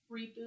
reboot